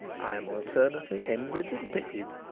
i am alternately envied and pitied,